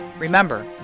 Remember